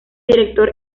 director